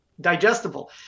digestible